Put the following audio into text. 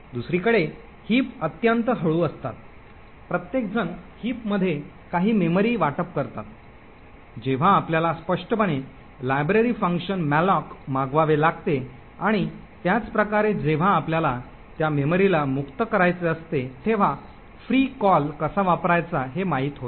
दुसरीकडे हिप अत्यंत हळू असतात प्रत्येकजण हिप मध्ये काही मेमरी वाटप करतात जेव्हा आपल्याला स्पष्टपणे लायब्ररी फंक्शन मॅलोक मागवावे लागते आणि त्याच प्रकारे जेव्हा आपल्याला त्या मेमरीला मुक्त करायचे असते तेव्हा फ्री कॉल कसा वापरायचा हे माहित होते